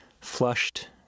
flushed